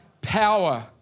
Power